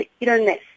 illness